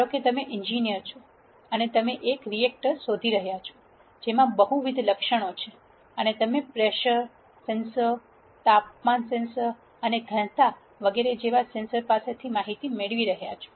ધારો કે તમે એન્જિનિયર છો અને તમે એક રિએક્ટરને શોધી રહ્યા છો જેમાં બહુવિધ લક્ષણો છે અને તમે પ્રેશર સેન્સર તાપમાન સેન્સર અને ઘનતા વગેરે જેવા સેન્સર પાસેથી માહિતી મેળવી રહ્યા છો